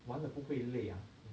玩了不会累啊